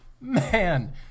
man